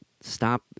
stop